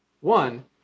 One